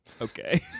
Okay